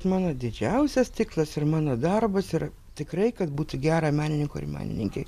mano didžiausias tikslas ir mano darbas yra tikrai kad būtų gera menininkui ir menininkei